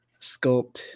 sculpt